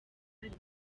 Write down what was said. rimwe